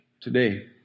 today